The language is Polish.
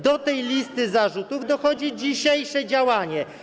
Do tej listy zarzutów dochodzi dzisiejsze działanie.